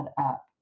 up